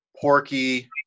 Porky